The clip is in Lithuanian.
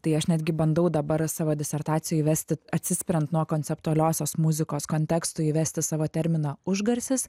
tai aš netgi bandau dabar savo disertacijoj įvesti atsispiriant nuo konceptualiosios muzikos konteksto įvesti savo terminą užgarsis